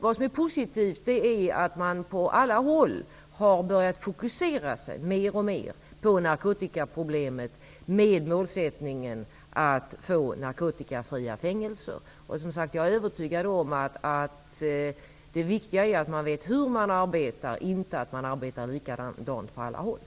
Det som är positivt är att man på alla håll har börjat fokusera sig mer och mer på narkotikaproblemet, med målsättningen att få narkotikafria fängelser. Jag är som sagt övertygad om att det viktiga är att man vet hur man arbetar, inte att man arbetar likadant på alla håll.